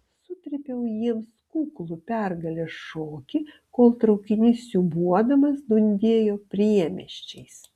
sutrypiau jiems kuklų pergalės šokį kol traukinys siūbuodamas dundėjo priemiesčiais